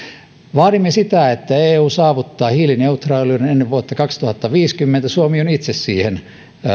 vaadimme sitä että eu saavuttaa hiilineutraaliuden ennen vuotta kaksituhattaviisikymmentä suomi on itse siihen